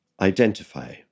identify